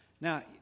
Now